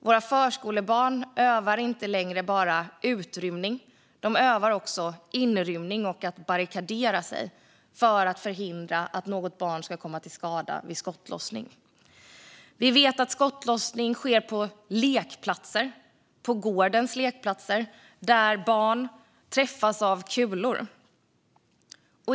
Våra förskolebarn övar inte längre bara utrymning. De övar också "inrymning" och att barrikadera sig för att förhindra att något barn ska komma till skada vid skottlossning. Vi vet att skottlossning sker på lekplatser på gårdar där barn träffas av kulor.